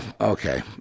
okay